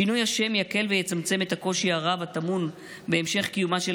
שינוי השם יקל ויצמצם את הקושי הרב הטמון בהמשך קיומה של